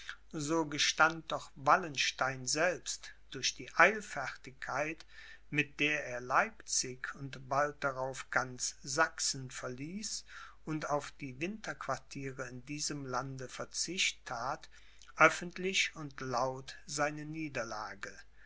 so gestand doch wallenstein selbst durch die eilfertigkeit mit der er leipzig und bald darauf ganz sachsen verließ und auf die winterquartiere in diesem lande verzicht that öffentlich und laut seine niederlage